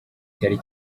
cyari